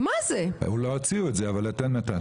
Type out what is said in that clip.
לא הוציאו את זה אבל אתם נתתם.